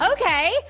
okay